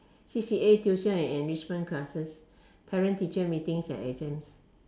C_C_A tuition and enrichment classes parent teacher meetings and exams